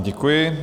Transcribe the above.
Děkuji.